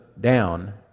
down